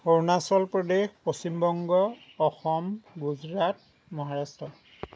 Arunachal Pradesh Paschim Banga Assam Gujarat Maharashtra